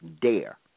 dare